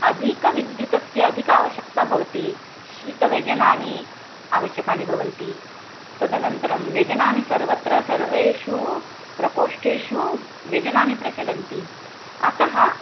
अधिकविद्युतस्य अधिक आवश्यक्ता भवति शीतव्यजनानि आवश्यकानि भवन्ति तदनन्तरं व्यजनानि सर्वत्र सर्वेषु प्रकोष्ठेषु व्यजनानि प्रचलन्ति अतः